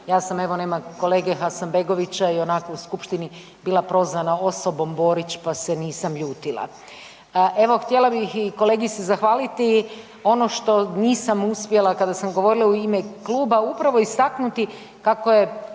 Ja sam evo nema kolege Hasanbegovića ionako u skupštini bila prozvana osobom Borić, pa se nisam ljutila. Evo htjela bih i kolegi se zahvaliti. Ono što nisam uspjela kada sam govorila u ime kluba, upravo istaknuti kako je